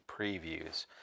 previews